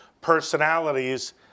personalities